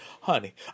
Honey